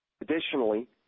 Additionally